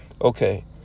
Okay